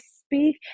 speak